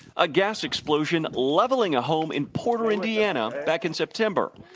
a gas explosion leveling a home in porter, indiana, back in september.